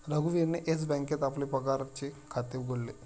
रघुवीरने येस बँकेत आपले पगाराचे खाते उघडले